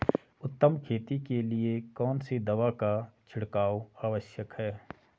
उत्तम खेती के लिए कौन सी दवा का छिड़काव आवश्यक है?